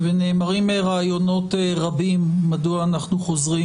נאמרים רעיונות רבים מדוע אנחנו חוזרים